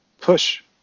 push